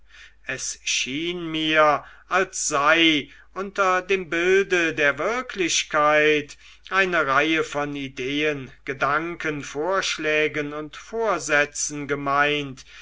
es schien mir als sei unter dem bilde der wirklichkeit eine reihe von ideen gedanken vorschlägen und vorsätzen gemeint